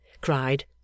cried